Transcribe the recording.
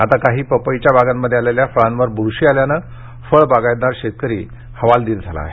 आता काही पपईच्या बागामध्ये आलेल्या फळांवर बुरशी आल्याने फळ बागायतदार शेतकरी हवालदिल झाला आहे